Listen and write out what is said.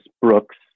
Brooks